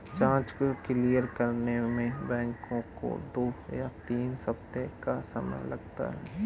जाँच को क्लियर करने में बैंकों को दो या तीन सप्ताह का समय लगता है